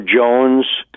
Jones